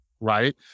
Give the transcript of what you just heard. right